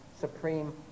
supreme